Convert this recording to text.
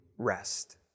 rest